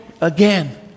again